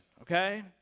okay